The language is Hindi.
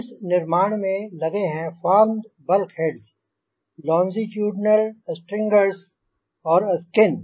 इस निर्माण में लगे हैं formed bulkheads longitudinal stringers और स्किन